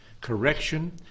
correction